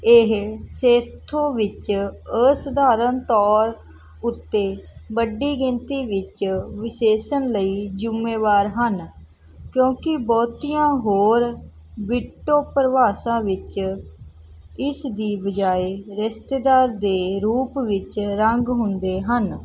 ਇਹ ਸੇਥੋ ਵਿੱਚ ਅਸਾਧਾਰਣ ਤੌਰ ਉੱਤੇ ਵੱਡੀ ਗਿਣਤੀ ਵਿੱਚ ਵਿਸ਼ੇਸ਼ਣ ਲਈ ਜ਼ਿੰਮੇਵਾਰ ਹਨ ਕਿਉਂਕਿ ਬਹੁਤੀਆਂ ਹੋਰ ਬੀਟੂ ਪਰਿਭਾਸ਼ਾ ਵਿੱਚ ਇਸ ਦੀ ਬਜਾਏ ਰਿਸ਼ਤੇਦਾਰ ਦੇ ਰੂਪ ਵਿੱਚ ਰੰਗ ਹੁੰਦੇ ਹਨ